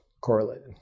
correlated